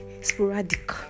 sporadic